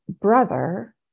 brother